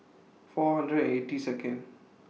four hundred and eighty Second